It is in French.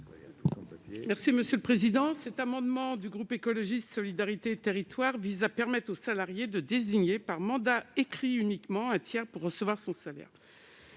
Mme Raymonde Poncet Monge. Cet amendement du groupe Écologiste- Solidarité et Territoires vise à permettre au salarié de désigner, par mandat écrit uniquement, un tiers pour recevoir son salaire.